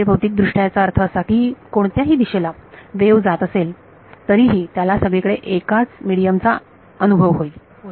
म्हणजे भौतिक दृष्ट्या याचा अर्थ असा की कोणत्याही दिशेला वेव्ह जात असेल तरीही त्याला सगळीकडे एकाच मीडियम चा अनुभव होईल